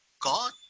God